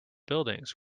buildings